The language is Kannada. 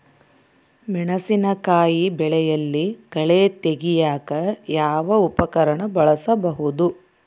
ಮೆಣಸಿನಕಾಯಿ ಬೆಳೆಯಲ್ಲಿ ಕಳೆ ತೆಗಿಯಾಕ ಯಾವ ಉಪಕರಣ ಬಳಸಬಹುದು?